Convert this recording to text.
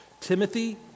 Timothy